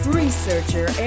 researcher